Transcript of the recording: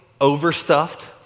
overstuffed